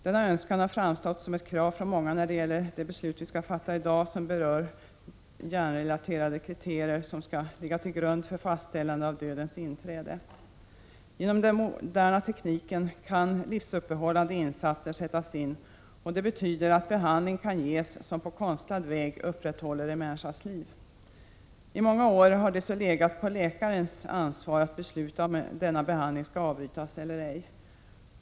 Denna önskan har framstått som ett krav från många när det gäller det beslut som vi skall fatta i dag angående de hjärnrelaterade kriterier som skall ligga till grund för fastställande av dödens inträde. Genom den moderna tekniken kan livsuppehållande insatser sättas in, och det betyder att behandling kan ges som på konstlad väg upprätthåller en människas liv. I många år har läkaren haft ansvaret för att besluta om denna behandling skall avbrytas eller ej.